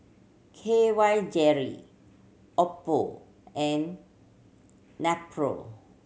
K Y Jelly Oppo and Nepro